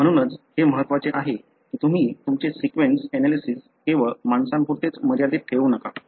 म्हणूनच हे महत्त्वाचे आहे की तुम्ही तुमचे सीक्वेन्स एनालिसिस केवळ माणसांपुरतेच मर्यादित ठेवू नका